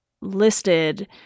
listed